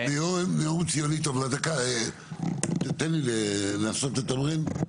נאום ציוני טוב, דקה תן לי לנסות לתמרן.